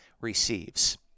receives